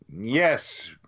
yes